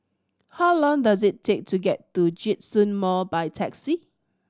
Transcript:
how long does it take to get to Djitsun Mall by taxi